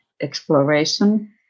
exploration